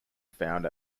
found